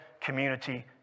community